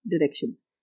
directions